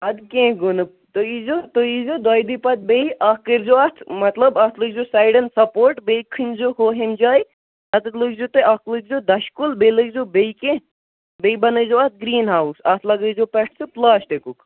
اَدٕ کینہہ گوٚو نہٕ تُہۍ یی زیو تُہۍ یی زیو دۄے دُہۍ پَتہٕ بیٚیہِ اکھ کٔرۍ زیو اتھ مطلب اتھ لٲگۍ زیو سایڈن سَپوٹ بیٚیہِ کھٔنۍ زیو ہُہ ہِم جایہِ تَتٮ۪تھ لٲگۍ زیو تُہۍ اکھ لٲگۍ زیودَچھہِ کُل بیٚیہِ لٲگۍ زیو بیٚیہِ کینہہ بیٚیہِ بنٲے زیو اتھ گریٖن ہاوُس اتھ لَگٲے زیو پیٹھٕ سُہ پٕلاسٹِکُک